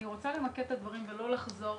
אני רוצה למקד את הדברים ולא לחזור.